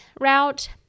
route